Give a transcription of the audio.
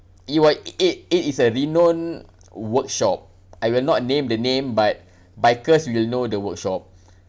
it wa~ it it is a renowned workshop I will not name the name but bikers will know the workshop